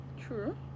True